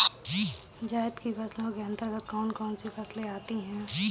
जायद की फसलों के अंतर्गत कौन कौन सी फसलें आती हैं?